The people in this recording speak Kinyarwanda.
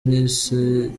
nise